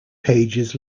pages